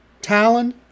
Talon